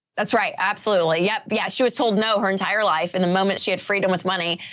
that's right. absolutely. yep. yeah. she was told no her entire life in the moment she had freedom with money.